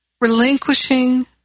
relinquishing